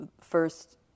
first